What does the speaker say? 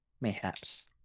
Mayhaps